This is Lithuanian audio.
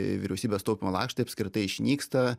vyriausybės taupymo lakštai apskritai išnyksta